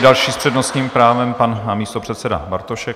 Další s přednostním právem, pan místopředseda Bartošek.